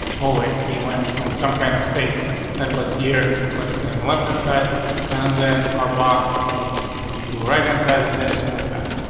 always. we went from some kind of state that was here, let's say on left inside. and then our box moved to right inside, and then it moved back.